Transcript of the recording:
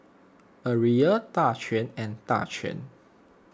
Ariella Daquan and Daquan